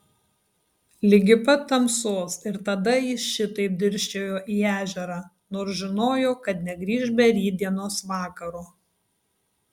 ligi pat tamsos ir tada ji šitaip dirsčiojo į ežerą nors žinojo kad negrįš be rytdienos vakaro